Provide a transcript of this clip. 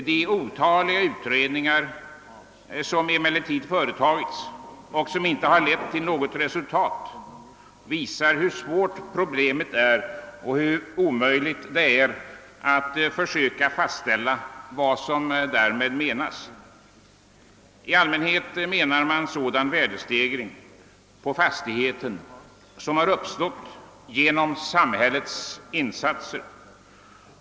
De otaliga utredningar som företagits och inte lett till något resultat visar emellertid hur svårt problemet är och hur omöjligt det är att försöka fastställa vad som menas med oförtjänt markvärdestegring. I allmänhet avser man sådan värdestegring på fastigheten som uppstått genom samhällets insatser.